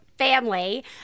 family